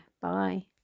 Bye